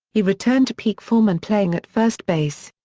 he returned to peak form and playing at first base.